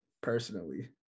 Personally